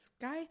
guy